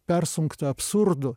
persunkta absurdu